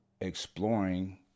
Exploring